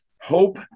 Hope